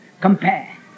compare